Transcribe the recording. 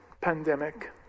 pandemic